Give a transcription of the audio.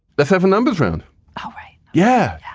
the seven numbers round oh, yeah.